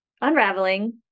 unraveling